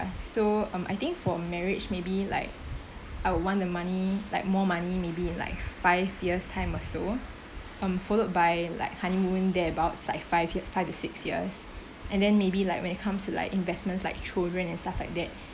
so um I think for marriage maybe like I would want the money like more money maybe like five years time or so followed by like honeymoon thereabouts like five y~ five or six years and then maybe like when it comes to like investments like children and stuff like that